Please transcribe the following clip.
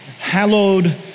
hallowed